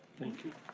thank you.